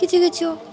কিছু কিছু